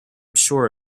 sure